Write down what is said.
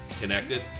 connected